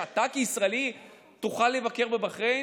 שאתה כישראלי תוכל לבקר בבחריין.